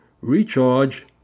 recharge